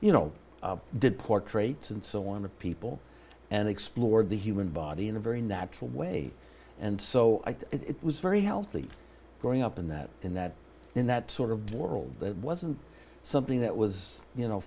you know did portrayed and so on to people and explored the human body in a very natural way and so i thought it was very healthy growing up in that in that in that sort of world it wasn't something that was you know